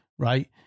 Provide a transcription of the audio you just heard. right